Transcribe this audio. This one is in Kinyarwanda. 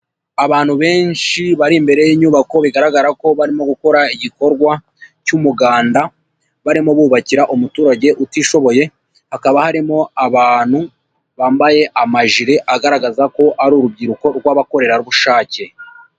Abantu benshi bari imbere y'inyubako bigaragara ko barimo gukora igikorwa cy'umuganda, barimo bubakira umuturage utishoboye, hakaba harimo abantu bambaye amajire agaragaza ko ari urubyiruko rw'abakorerabushake.